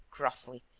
crossly,